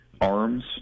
arms